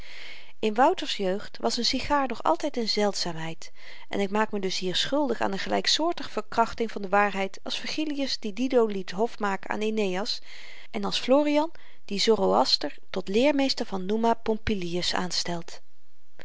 in wouter's jeugd was n sigaar nog altyd n zeldzaamheid en ik maak me dus hier schuldig aan n gelyksoortige verkrachting van de waarheid als virgilius die dido laat hofmaken aan aeneas en als florian die zoroaster tot leermeester van numa pompilius aanstelt